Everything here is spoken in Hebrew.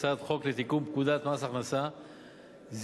הצעת חוק לתיקון פקודת מס הכסה (זיכוי